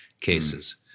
cases